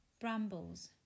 brambles